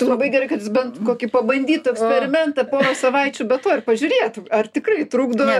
labai gerai kad jis bent kokį pabandytų eksperimentą porą savaičių be to ir pažiūrėtų ar tikrai trukdo